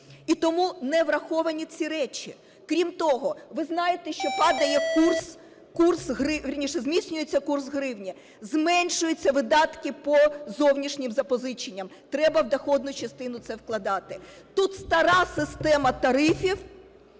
І тому невраховані ці речі. Крім того, ви знаєте, що падає курс… вірніше, зміцнюється курс гривні, зменшуються видатки по зовнішнім запозиченням. Треба в доходну частину це вкладати. Тут стара система тарифів